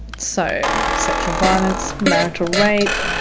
so sexual violence, marital rape,